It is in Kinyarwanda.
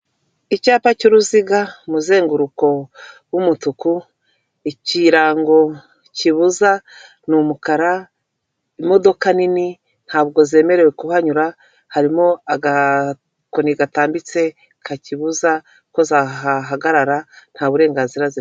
Icyapa cy'uruziga uzenguruko w'umutuku ikirango kibuza ni umukara imodoka nini ntabwo zemerewe kuhanyura, harimo agakoni gatambitse kakibuza ko zahahagarara nta burenganzira zifite.